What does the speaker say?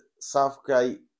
Southgate